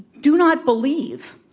do not believe